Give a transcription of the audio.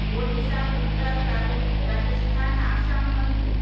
ओडिसा गुजरात राज राजस्थान आसाम मणिपूर